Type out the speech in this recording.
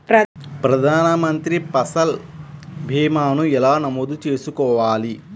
ప్రధాన మంత్రి పసల్ భీమాను ఎలా నమోదు చేసుకోవాలి?